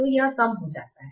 तो यह कम हो जाता है